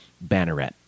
Banneret